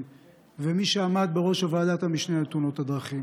וכמי שעמד בראש ועדת המשנה לתאונות הדרכים,